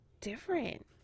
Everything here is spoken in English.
different